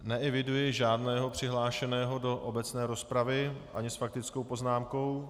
Neeviduji žádného přihlášeného do obecné rozpravy ani s faktickou poznámkou.